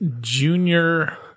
Junior